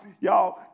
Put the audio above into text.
y'all